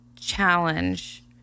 challenge